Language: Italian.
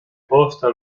posta